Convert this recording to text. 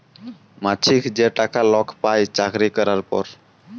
মাছিক যে টাকা লক পায় চাকরি ক্যরার পর